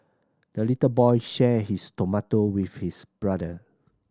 the little boy shared his tomato with his brother